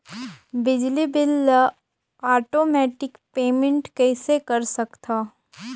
बिजली बिल ल automatic payment कइसे कर सकथव?